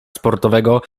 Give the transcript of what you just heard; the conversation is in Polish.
sportowego